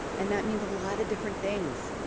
and that means a lot of different things.